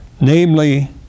namely